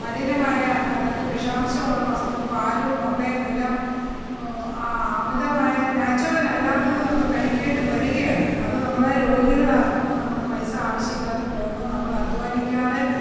മലിനമായ അതായത് വിഷാംശം ഉള്ള വസ്തുക്കൾ പാലും മുട്ടയും എല്ലാം അമിതമായ നാച്ചുറൽ അല്ലാത്തത് നമ്മൾ കഴിക്കേണ്ടി വരികയാണ് അത് നമ്മളെ രോഗികളാക്കുന്നു നമ്മുടെ പൈസ ആവശ്യമില്ലാതെ പോകുന്നു നമ്മൾ അധ്വാനിക്കാതെ